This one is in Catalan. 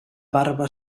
barba